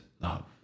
love